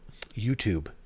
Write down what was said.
YouTube